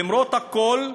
למרות הכול,